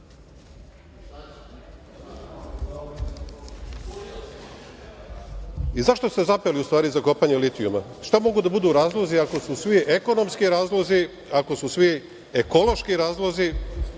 I zašto ste zapeli ustvari za kopanje litijuma, šta mogu da budu razlozi ako su svi ekonomski razlozi, ako su svi ekološki razlozi,